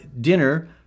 dinner